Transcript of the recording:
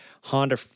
honda